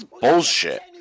bullshit